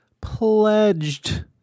pledged